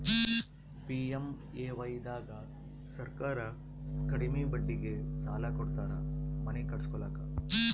PMAY ದಾಗ ಸರ್ಕಾರ ಕಡಿಮಿ ಬಡ್ಡಿಗೆ ಸಾಲ ಕೊಡ್ತಾರ ಮನಿ ಕಟ್ಸ್ಕೊಲಾಕ